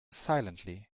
silently